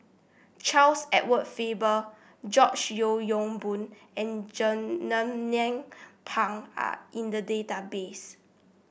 Charles Edward Faber George Yeo Yong Boon and Jernnine Pang are in the database